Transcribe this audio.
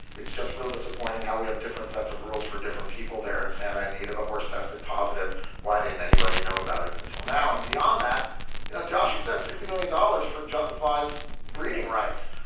it's just real disappointing how we have different sets of rules for different people there in santa anita the horse tested positive why didn't anybody know about it until now and beyond that you know joshy said sixty million dollars for justifies breeding rights.